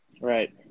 Right